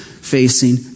facing